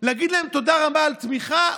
להגיד להם תודה רבה על תמיכה.